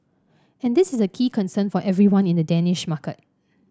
and this is a key concern for everyone in the Danish market